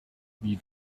wie